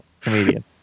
Comedian